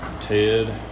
Ted